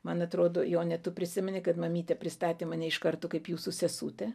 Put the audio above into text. man atrodo jone tu prisimeni kad mamytė pristatė mane iš karto kaip jūsų sesutę